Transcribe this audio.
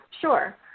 sure